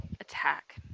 attack